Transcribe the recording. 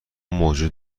موجود